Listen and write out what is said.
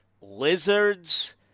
lizards